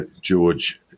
George